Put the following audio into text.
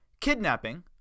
Kidnapping